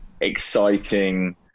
exciting